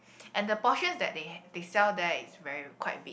and the portion that they they sell there is very quite big